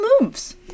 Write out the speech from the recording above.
moves